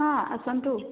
ହଁ ଆସନ୍ତୁ